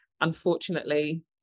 unfortunately